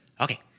okay